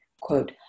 Quote